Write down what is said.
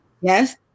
yes